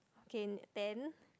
okay then